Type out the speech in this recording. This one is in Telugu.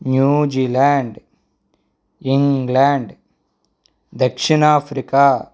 న్యూ జీల్యాండ్ ఇంగ్లాండ్ దక్షిణ ఆఫ్రికా